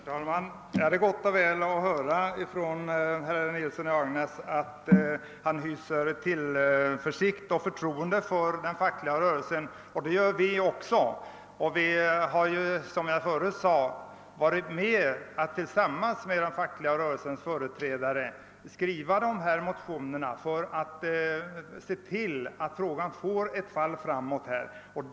Herr talman! Det är tillfredsställande att höra att herr Nilsson i Agnäs hyser tillförsikt och förtroende när det gäller den fackliga rörelsen, och det gör vi också. Som jag förut sagt har vi i samarbete med den fackliga rörelsens företrädare skrivit de här motionerna för att vi skall kunna komma närmare frågans lösning.